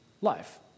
life